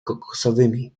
kokosowymi